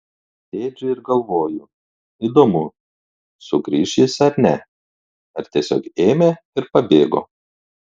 sėdžiu ir galvoju įdomu sugrįš jis ar ne ar tiesiog ėmė ir pabėgo